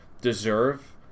deserve